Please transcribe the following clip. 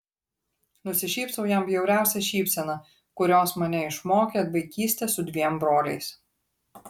nusišypsau jam bjauriausia šypsena kurios mane išmokė vaikystė su dviem broliais